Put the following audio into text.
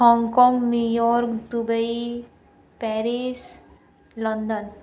Hong Kong New York Dubai Paris London